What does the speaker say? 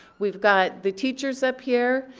we've got the teachers up here,